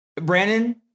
brandon